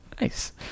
Nice